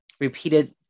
repeated